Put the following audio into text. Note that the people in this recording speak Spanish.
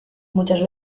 muchas